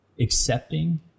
accepting